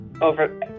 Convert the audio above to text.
over